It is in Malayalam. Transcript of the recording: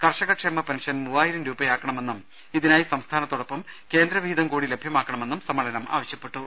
കർഷക ക്ഷേമ പെൻഷൻ മൂവായിരം രൂപയാക്കണമെന്നും ഇതിനാ യി സംസ്ഥാനത്തോടൊപ്പം കേന്ദ്ര വിഹിതം കൂടി ലഭ്യമാക്കണമെന്നും സമ്മേ ളനം ആവശ്യപ്പെട്ടു